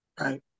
Right